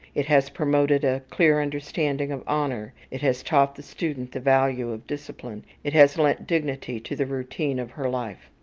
it has promoted a clear understanding of honour, it has taught the student the value of discipline, it has lent dignity to the routine of her life.